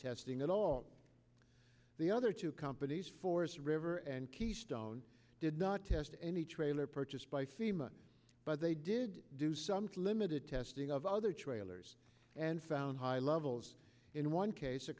testing at all the other two companies forest river and keystone did not test any trailer purchased by seamen but they did do some to limited testing of other trailers and found high levels in one case a